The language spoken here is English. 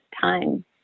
time